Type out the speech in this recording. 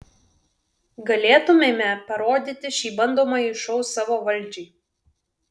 galėtumėme parodyti šį bandomąjį šou savo valdžiai